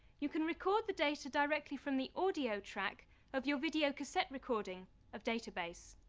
you can record the data directly from the audio track of your video cassette recording of database.